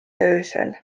öösel